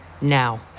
now